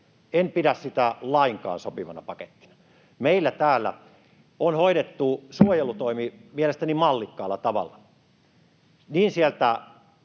En pidä sitä lainkaan sopivana pakettina. Meillä täällä on hoidettu suojelutoimi mielestäni mallikkaalla tavalla sieltä